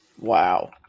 Wow